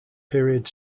period